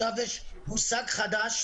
יש לזה השלכות גם על בריאות הנפש.